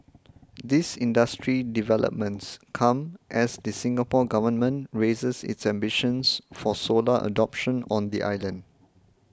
these industry developments come as the Singapore Government raises its ambitions for solar adoption on the island